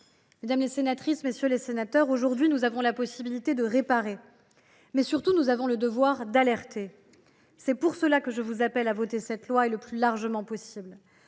Mesdames, messieurs les sénateurs, aujourd’hui, nous avons la possibilité de réparer, mais surtout nous avons le devoir d’alerter. C’est pour cela que je vous appelle à voter cette proposition de loi le plus largement possible.